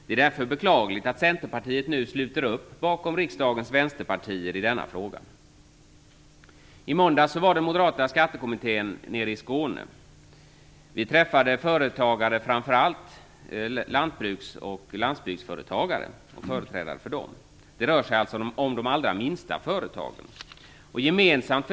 Det är därför beklagligt att Centerpartiet nu sluter upp bakom riksdagens vänsterpartier. I måndags var den moderata skattekommittén nere i Skåne. Vi träffade framför allt företrädare för lantbruks och landsbygdsföretag - alltså de allra minsta företagen.